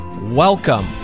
welcome